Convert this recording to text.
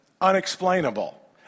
unexplainable